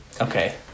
Okay